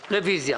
רוויזיה.